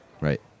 Right